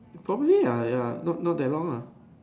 probably ah ya not not that long ah